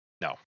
No